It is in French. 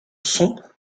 son